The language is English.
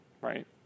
right